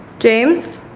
james!